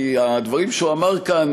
כי הדברים שהוא אמר כאן,